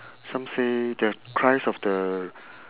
some say the christ of the